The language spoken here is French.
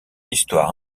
histoire